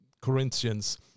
Corinthians